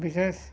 ବିଶେଷ